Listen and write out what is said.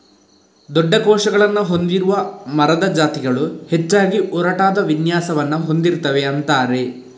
ದೊಡ್ಡ ಕೋಶಗಳನ್ನ ಹೊಂದಿರುವ ಮರದ ಜಾತಿಗಳು ಹೆಚ್ಚಾಗಿ ಒರಟಾದ ವಿನ್ಯಾಸವನ್ನ ಹೊಂದಿರ್ತವೆ ಅಂತಾರೆ